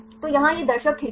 तो यहाँ यह दर्शक खिड़की है